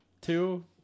two